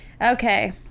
Okay